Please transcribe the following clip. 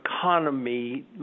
economy